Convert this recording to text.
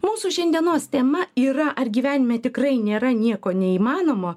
mūsų šiandienos tema yra ar gyvenime tikrai nėra nieko neįmanomo